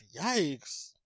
Yikes